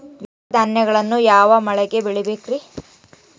ದ್ವಿದಳ ಧಾನ್ಯಗಳನ್ನು ಯಾವ ಮಳೆಗೆ ಬೆಳಿಬೇಕ್ರಿ?